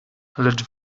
lecz